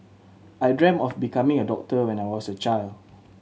I dreamt of becoming a doctor when I was a child